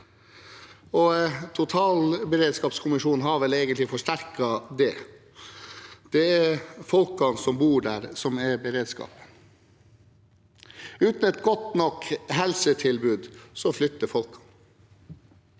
totalberedskapskommisjonen har vel egentlig forsterket det. Det er folkene som bor der, som er beredskap. Uten et godt nok helsetilbud flytter folk.